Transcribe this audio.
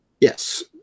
Yes